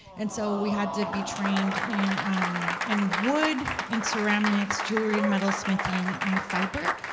and so we had to be trained in um and wood, in ceramics, jewelry, and metalsmithing, and fiber,